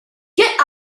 get